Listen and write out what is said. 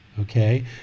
okay